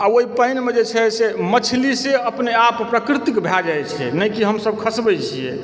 आ ओइ पानिमे जे छै से मछली से अपनेआप प्राकृतिक भए जाइत छै नहि कि हमसभ खसबैत छियै